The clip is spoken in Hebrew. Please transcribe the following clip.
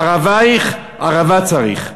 ערביך ערבא צריך,